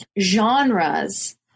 genres